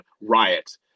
riot